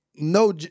no